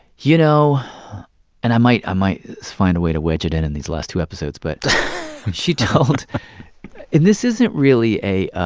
you know and i might i might find a way to wedge it in in these last two episodes but she told and this isn't really, ah